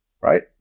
Right